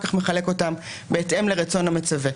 ואחר-כך שהוא מחלק אותם בהתאם לרצון המצווה.